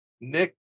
Nick